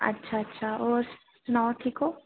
अच्छा अच्छा होर सनाओ ठीक ओ